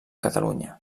catalunya